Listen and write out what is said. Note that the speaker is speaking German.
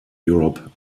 europe